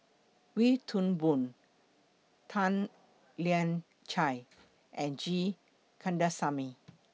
Wee Toon Boon Tan Lian Chye and G Kandasamy